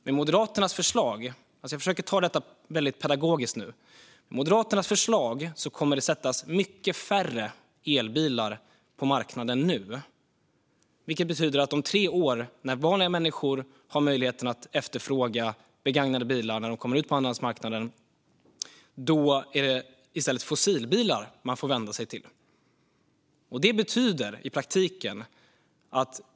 Med Moderaternas förslag - jag försöker nu ta detta väldigt pedagogiskt - kommer det att sättas mycket färre elbilar på marknaden nu, vilket betyder att om tre år, när vanliga människor har möjlighet att efterfråga begagnade bilar när de kommer ut på andrahandsmarknaden, är det i stället fossilbilar man får vända sig till.